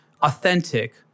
authentic